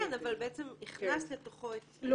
כן, אבל בעצם הכנסת לתוכו את (ד).